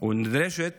ונדרשת